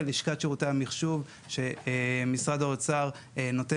לכולם, צוהריים טובים.